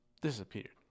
Disappeared